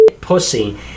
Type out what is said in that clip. pussy